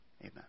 Amen